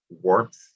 warmth